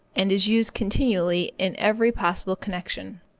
and is used continually in every possible connection.